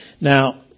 Now